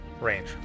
range